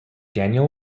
daniel